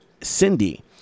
Cindy